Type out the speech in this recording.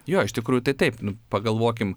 jo iš tikrųjų tai taip pagalvokim